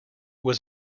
was